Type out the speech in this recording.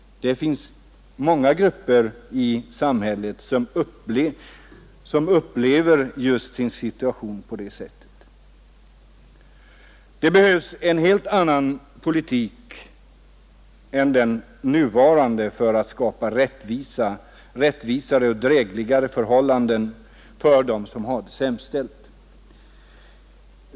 Det finns många grupper i samhället som upplever sin situation just på det sättet. Det behövs en helt annan politik än den nuvarande för att skapa rättvisare och drägligare förhållanden för dem som har det sämst ställt.